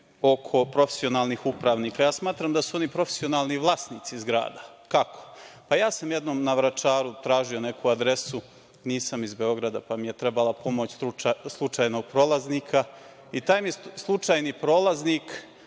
oko profesionalnih upravnika. Smatram da su oni profesionalni vlasnici zgrada. Kako? Pa, ja sam jednom na Vračaru tražio neku adresu, nisam iz Beograda, pa mi je trebala pomoć slučajnog prolaznika. I, taj mi slučajni prolaznik